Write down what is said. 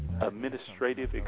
administrative